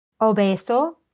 Obeso